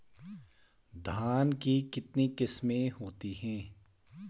धान की कितनी किस्में होती हैं?